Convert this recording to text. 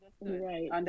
Right